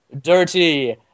dirty